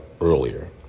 earlier